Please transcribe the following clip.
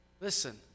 listen